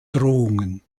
drohungen